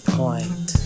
point